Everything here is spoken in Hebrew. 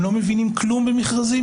הם לא מבינים כלום במכרזים,